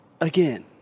Again